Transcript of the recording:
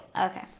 Okay